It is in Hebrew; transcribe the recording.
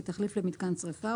כתחליף למיתקן שריפה,